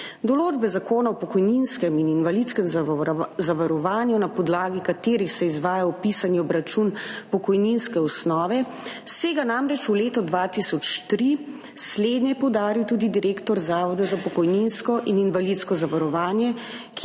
Določbe Zakona o pokojninskem in invalidskem zavarovanju, na podlagi katerih se izvaja opisani obračun pokojninske osnove, segajo namreč v leto 2003, slednje je poudaril tudi direktor Zavoda za pokojninsko in invalidsko zavarovanje